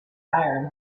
iron